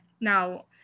Now